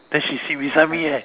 then she sit beside me eh